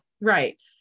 Right